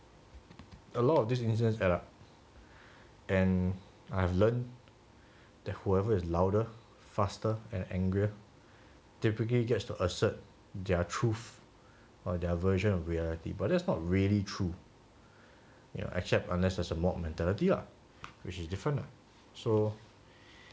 a lot of these incidents add up and I've learned that whoever is louder faster and angrier typically gets to assert their truth or their version of reality but that's not really true yeah except unless there's a mob mentality ah which is different lah so